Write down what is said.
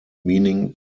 meaning